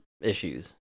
issues